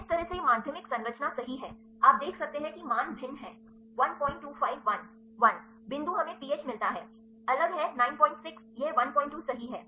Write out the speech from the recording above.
इस तरह से माध्यमिक संरचना सही है आप देख सकते हैं कि मान भिन्न हैं 1251 1 बिंदु हमें पीएच मिलता है अलग है 96 यह 12 सही है